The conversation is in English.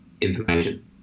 information